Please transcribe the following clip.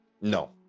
No